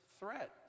threat